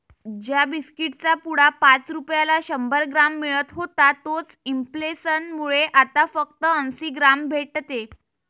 ज्या बिस्कीट चा पुडा पाच रुपयाला शंभर ग्राम मिळत होता तोच इंफ्लेसन मुळे आता फक्त अंसी ग्राम भेटते